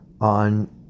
on